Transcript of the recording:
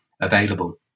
available